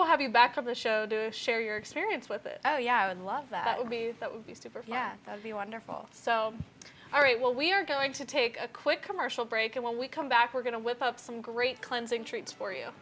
we'll have you back of the show to share your experience with it oh yeah i would love that that would be super yeah of the wonderful so all right well we are going to take a quick commercial break and when we come back we're going to whip up some great cleansing treats for you